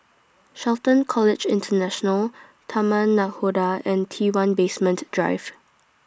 Shelton College International Taman Nakhoda and T one Basement Drive